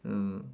mm